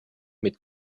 mit